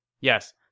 Yes